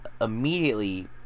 immediately